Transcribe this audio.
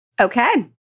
Okay